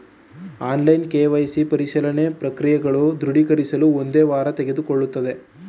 offline KYC ಪರಿಶೀಲನೆ ಪ್ರಕ್ರಿಯೆಗಳು ದೃಢೀಕರಿಸಲು ಒಂದು ವಾರ ತೆಗೆದುಕೊಳ್ಳುತ್ತದೆ